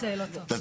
חבר הנהלת הקרן,